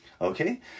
Okay